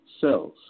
cells